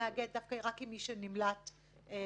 הגט דווקא רק במקרים שמישהו נמלט לחו"ל,